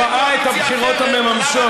הוא ראה את הבחירות הממשמשות,